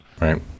right